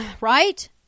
Right